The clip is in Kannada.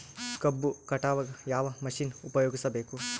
ಕಬ್ಬು ಕಟಾವಗ ಯಾವ ಮಷಿನ್ ಉಪಯೋಗಿಸಬೇಕು?